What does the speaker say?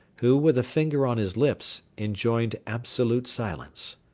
who, with a finger on his lips, enjoined absolute silence.